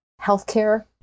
healthcare